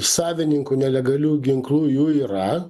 savininkų nelegalių ginklų jų yra